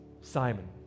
Simon